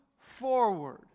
forward